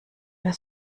mehr